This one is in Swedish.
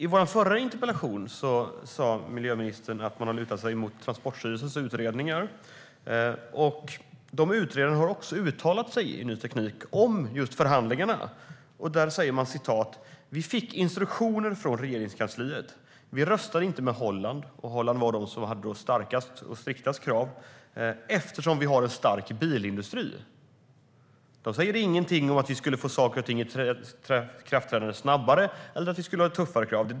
I vår förra interpellationsdebatt sa miljöministern att man har lutat sig mot Transportstyrelsens utredningar. Utredarna har uttalat sig i Ny Teknik om förhandlingarna. De säger att de fick instruktioner från Regeringskansliet. De röstade inte med Holland - Holland hade starkast och striktast krav - eftersom Sverige har en stark bilindustri. De säger ingenting om ett snabbare ikraftträdande eller tuffare krav.